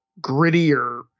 grittier